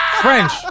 French